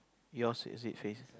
yours is it face